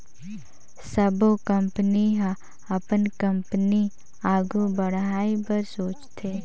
सबो कंपनी ह अपन कंपनी आघु बढ़ाए बर सोचथे